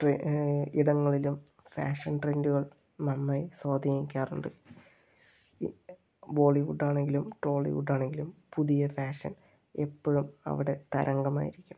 ഇടങ്ങളിലും ഫാഷൻ ട്രെൻറ്റുകൾ നന്നായി സ്വാധീനിക്കാറുണ്ട് ബോളിവുഡ് ആണെങ്കിലും ടോളിവുഡ് ആണെങ്കിലും പുതിയ ഫാഷൻ എപ്പോഴും അവിടെ തരംഗം ആയിരിക്കും